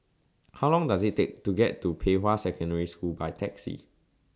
How Long Does IT Take to get to Pei Hwa Secondary School By Taxi